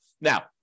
now